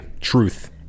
truth